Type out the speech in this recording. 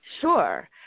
Sure